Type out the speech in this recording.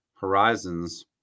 horizons